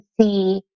see